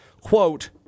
quote